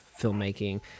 filmmaking